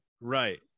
Right